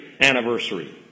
anniversary